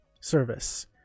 service